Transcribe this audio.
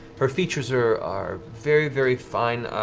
her features are are very very fine,